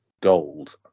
Gold